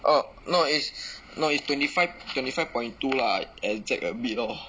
oh no is no is twenty five twenty five point two lah exact a bit lor